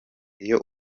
iyo